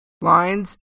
lines